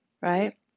right